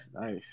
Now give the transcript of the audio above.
Nice